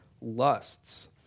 lusts